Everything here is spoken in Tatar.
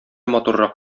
матуррак